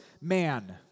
man